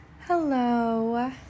Hello